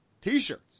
t-shirts